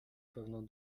pewną